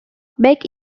beck